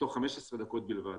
בתוך 15 דקות בלבד.